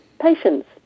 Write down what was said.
patients